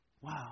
Wow